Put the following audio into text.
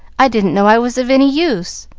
i didn't know i was of any use.